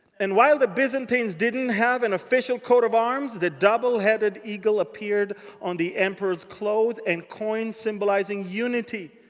and while the byzantines didn't have an official coat of arms, the double-headed eagle appeared on the emperor's clothes and coins, symbolizing unity.